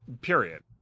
period